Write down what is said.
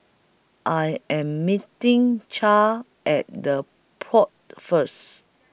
I Am meeting Chadd At The Pod First